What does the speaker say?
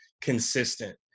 consistent